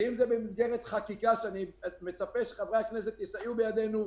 במסגרת חקיקה שאני מצפה שחברי הכנסת יסייעו בידינו,